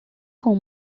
com